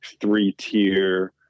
three-tier